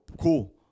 Cool